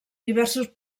diversos